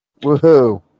Woohoo